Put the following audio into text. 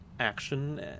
action